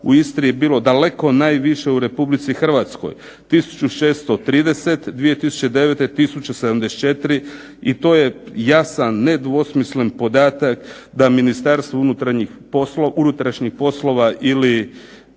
u Istri je bilo daleko najviše u Republici Hrvatskoj tisuću 630, 2009. tisuću 74 i to je jasan nedvosmislen podatak da Ministarstvo unutarnjih poslova ili